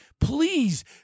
Please